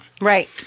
Right